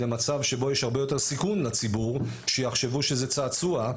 למצב שבו יש הרבה יותר סיכון לציבור שיחשבו שזה צעצוע,